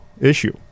issue